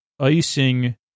icing